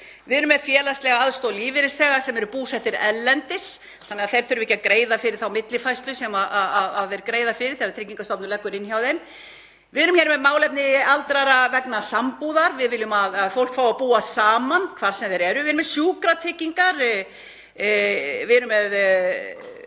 Við erum með félagslega aðstoð lífeyrisþega sem eru búsettir erlendis þannig að þeir þurfi ekki að greiða fyrir þá millifærslu sem þeir greiða nú fyrir þegar Tryggingastofnun leggur inn hjá þeim. Við erum hér með málefni aldraðra vegna sambúðar. Við viljum að fólk fái að búa saman hvar sem það er. Við erum með sjúkratryggingar. Við erum með